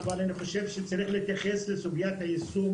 אבל אני חושב שצריך להתייחס לסוגיית היישום